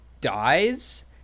dies